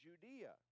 Judea